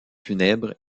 funèbre